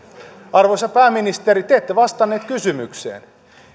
arvoisa pääministeri te ette vastannut kysymykseen